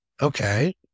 Okay